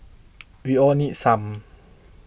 we all need some